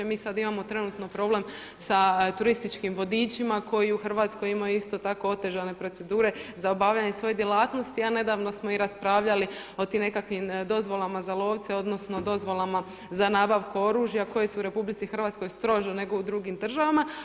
Mi sada imamo trenutno problem sa turističkim vodičima koji u Hrvatskoj imaju isto tako otežane procedure za obavljanje svoje djelatnosti a nedavno smo i raspravljali o tim nekakvim dozvolama za lovce odnosno dozvolama za nabavku oružja koje su u RH strože nego u drugim državama.